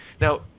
Now